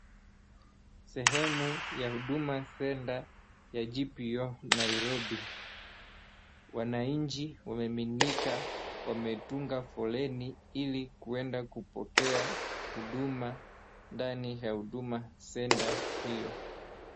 Sehemu ya huduma [center] ya [GPO] Nairobi wanaichi wameminika wametunga foleni ili kuenda kupokea huduma ndani ya huduma [center] hio